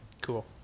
Cool